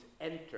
enter